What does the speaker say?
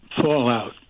fallout